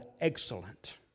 excellent